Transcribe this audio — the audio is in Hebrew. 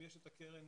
יש את הקרן